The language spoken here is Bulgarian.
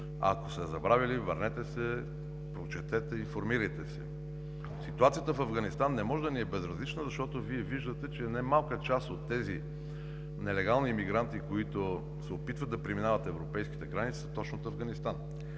Ако сте забравили, върнете се, прочетете, информирайте се. Ситуацията в Афганистан не може да ни е безразлична, защото виждате, че не малка част от тези нелегални емигранти, които се опитват да преминават европейската граница, са точно от Афганистан.